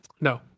no